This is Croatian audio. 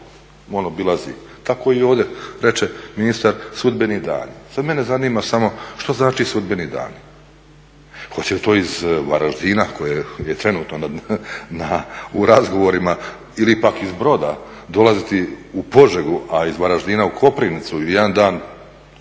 on obilazi. Tako i ovdje reče ministar, sudbeni dani. Sad mene zanima samo što znači sudbeni dani? Hoće li to iz Varaždina koje je trenutno na razgovorima, ili pak iz Broda dolaziti u Požegu, a iz Varaždina u Koprivnicu jedan dan